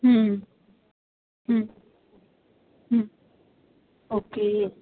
hmm hmm hmm okay